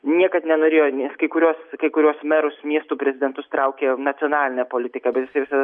niekad nenorėjo nes kai kurios kai kuriuos merus miestų prezidentus traukia nacionalinė politika bet jisai visada